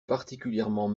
particulièrement